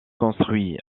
construit